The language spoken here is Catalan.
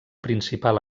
principal